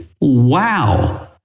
wow